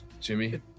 Jimmy